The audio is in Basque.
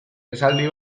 esaldi